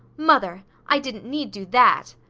mother! i didn't need do that!